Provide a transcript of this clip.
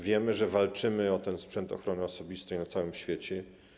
Wiemy, że walczymy o ten sprzęt ochrony osobistej na całym świecie.